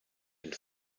and